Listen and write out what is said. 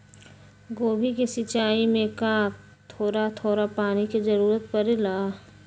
गोभी के सिचाई में का थोड़ा थोड़ा पानी के जरूरत परे ला?